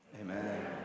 Amen